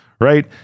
Right